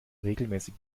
regelmäßig